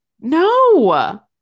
No